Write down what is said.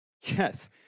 Yes